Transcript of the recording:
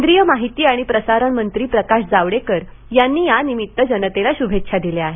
केंद्रीय माहिती आणि प्रसारण मंत्री प्रकाश जावडेकर यांनी यानिमित्त जनतेला शुभेच्छा दिल्या आहेत